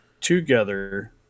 together